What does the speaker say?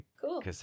Cool